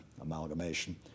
amalgamation